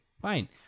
fine